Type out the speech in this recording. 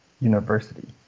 University